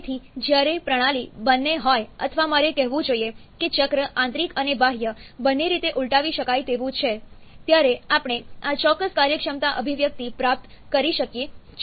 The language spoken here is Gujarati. તેથી જ્યારે પ્રણાલી બંને હોય અથવા મારે કહેવું જોઈએ કે ચક્ર આંતરિક અને બાહ્ય બંને રીતે ઉલટાવી શકાય તેવું છે ત્યારે આપણે આ ચોક્કસ કાર્યક્ષમતા અભિવ્યક્તિ પ્રાપ્ત કરી શકીએ છીએ